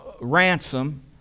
ransom